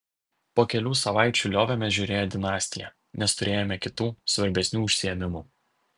po kelių savaičių liovėmės žiūrėję dinastiją nes turėjome kitų svarbesnių užsiėmimų